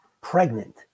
pregnant